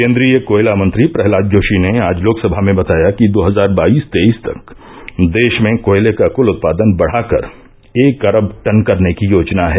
केन्द्रीय कोयला मंत्री प्रहलाद जोशी ने आज लोकसभा में बताया कि दो हजार बाईस तेईस तक देश में कोयले का कुल उत्पादन बढ़ाकर एक अरब टन करने की योजना है